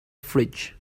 fridge